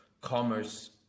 commerce